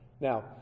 Now